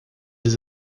des